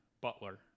butler